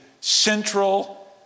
central